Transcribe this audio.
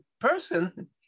person